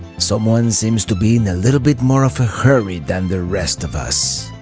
someone seems to be in a little bit more of a hurry than the rest of us.